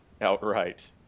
outright